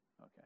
okay